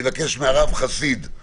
הרב חסיד,